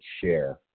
share